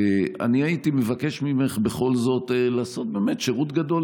אני הייתי מבקש ממך בכל זאת לעשות שירות גדול